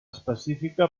específica